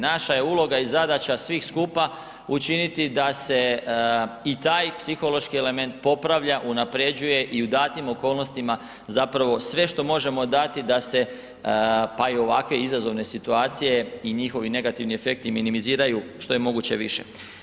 Naša je uloga i zadaća svih skupa učiniti da se i taj psihološki element popravlja, unapređuje i u datim okolnostima zapravo sve što možemo dati da se, pa i ovakve izazovne situacije i njihovi negativni efekti minimiziraju što je moguće više.